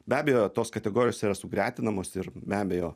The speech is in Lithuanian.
be abejo tos kategorijos yra sugretinamos ir be abejo